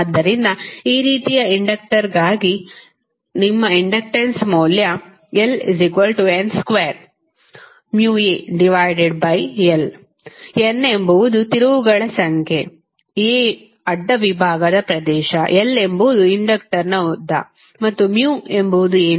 ಆದ್ದರಿಂದ ಈ ರೀತಿಯ ಇಂಡಕ್ಟರ್ಗಾಗಿ ನಿಮ್ಮ ಇಂಡಕ್ಟನ್ಸ್ ಮೌಲ್ಯ LN2μAl N ಎಂಬುದು ತಿರುವುಗಳ ಸಂಖ್ಯೆ A ಅಡ್ಡ ವಿಭಾಗದ ಪ್ರದೇಶ l ಎಂಬುದು ಇಂಡಕ್ಟರ್ನ ಉದ್ದ ಮತ್ತು ಎಂಬುದು ಏನು